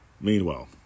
Meanwhile